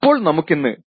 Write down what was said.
അപ്പോൾ നമുക്കിന്ന് t2